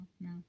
no